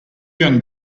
young